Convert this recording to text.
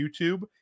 YouTube